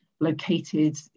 located